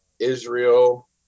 Israel